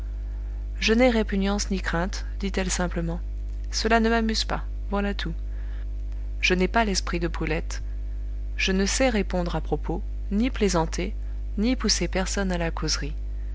je n'ai répugnance ni crainte dit-elle simplement cela ne m'amuse pas voilà tout je n'ai pas l'esprit de brulette je ne sais répondre à propos ni plaisanter ni pousser personne à la causerie